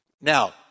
Now